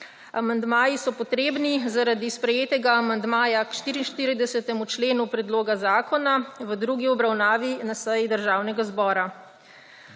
Amandmaji so potrebni zaradi sprejetega amandmaja k 44. členu predloga zakona v drugi obravnavi na seji Državnega zbora.